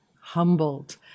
humbled